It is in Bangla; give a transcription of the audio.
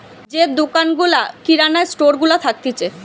যে দোকান গুলা কিরানা স্টোর গুলা থাকতিছে